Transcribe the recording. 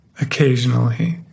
occasionally